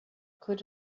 could